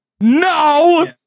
No